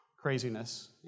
craziness